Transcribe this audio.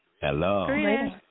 Hello